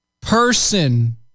person